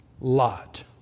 Lot